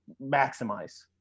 maximize